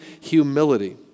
humility